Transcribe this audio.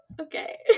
Okay